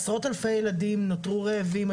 עשרות-אלפי ילדים נותרו רעבים.